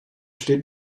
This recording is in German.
steht